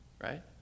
right